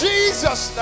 Jesus